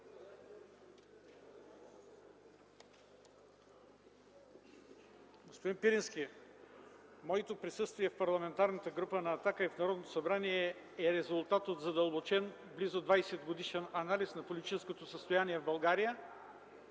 Господин Пирински, моето присъствие в Парламентарната група на „Атака” и в Народното събрание е резултат от задълбочен, близо 20-годишен анализ на политическото състояние в България.